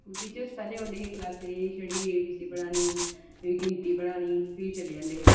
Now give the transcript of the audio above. teachers पैह्लें औंदे हे क्लॉसें ई छड़ी ए बी सी पढ़ानी ते गिनती पढ़ानी ते फ्ही चली जंदे हे